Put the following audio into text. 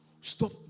stop